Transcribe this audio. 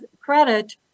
credit